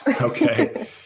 okay